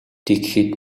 тэгэхэд